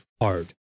hard